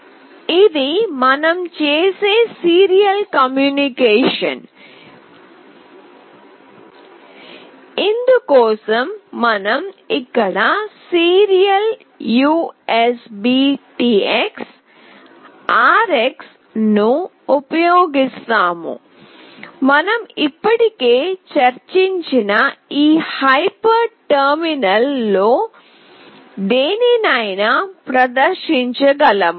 ఇది మనం చేసే సీరియల్ కమ్యూనికేషన్ ఇందు కోసం మనం ఇక్కడ సీరియల్ USBTX RX ను ఉపయోగిస్తాము మనం ఇప్పటికే చర్చించిన ఈ హైపర్ టెర్మినల్ లో దేనినైనా ప్రదర్శించగలము